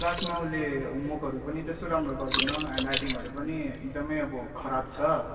क्लासमा उसले होमवर्कहरू पनि त्यस्तो राम्रो गर्दैन ह्यान्ड राइटिङहरू पनि एकदमै अब खराब छ